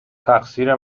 تقصیر